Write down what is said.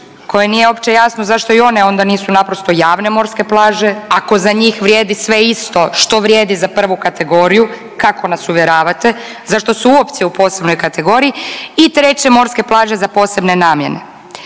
koje nije uopće jasno zašto i one onda nisu naprosto javne morske plaže ako za njih vrijedi sve isto što vrijedi za prvu kategoriju kako nas uvjeravate, zašto su uopće u posebnoj kategoriji i treće morske plaže za posebne namjene.